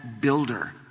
builder